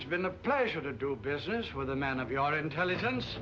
just been a pleasure to do business with a man of your intelligence